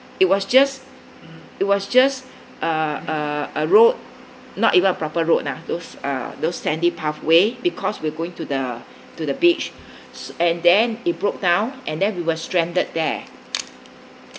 it was just it was just a a a road not even a proper road lah those uh those sandy path way because we're going to the to the beach and then it broke down and we were stranded there